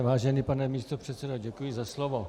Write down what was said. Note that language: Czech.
Vážený pane místopředsedo, děkuji za slovo.